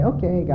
Okay